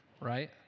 right